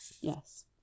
yes